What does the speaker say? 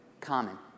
common